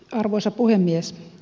arvoisa puhemies